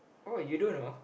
oh you don't know